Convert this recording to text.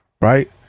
right